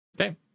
Okay